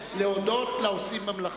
להודות לעושים במלאכה.